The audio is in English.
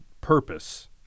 purpose